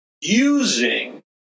using